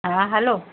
ہاں ہلو